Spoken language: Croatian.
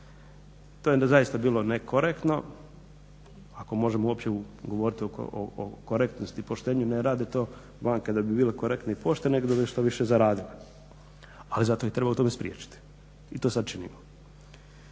To je zaista bilo nekorektno, ako možemo uopće govoriti o korektnosti i poštenju. Ne rade to banke da bi bile korektne i poštene, nego da bi što više zaradile, ali zato ih treba u tome spriječiti i to sad činimo.